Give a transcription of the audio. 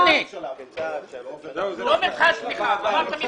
לא מבחן תמיכה.